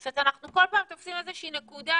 אנחנו כל פעם תופסים איזה שהיא נקודה,